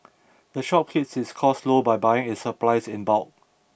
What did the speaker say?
the shop keeps its costs low by buying its supplies in bulk